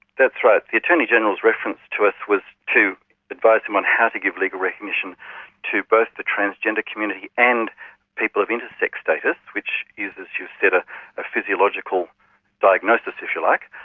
that's right. the attorney general's reference to us was to advise him on how to give legal recognition to both the transgender community and people of intersex status, which is, as you've said a ah physiological diagnosis if you like.